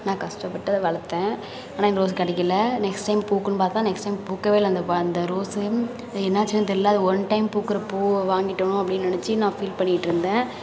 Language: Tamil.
நான் கஷ்டப்பட்டு அதை வளர்த்தேன் ஆனால் எனக்கு ரோஸ் கிடைக்கில நெக்ஸ்ட் டைம் பூக்குன்னு பார்த்தா நெக்ஸ்ட் டைம் பூக்கவே இல்லை அந்த ப அந்த ரோஸு என்னாச்சுன்னே தெரியிலை அது ஒன் டைம் பூக்கிற பூவை வாங்கிட்டேனோ அப்படின்னு நெனச்சு நான் ஃபீல் பண்ணிகிட்டு இருந்தேன்